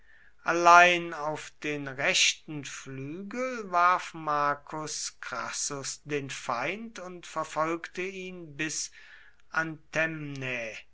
allein auf den rechten flügel warf marcus crassus den feind und verfolgte ihn bis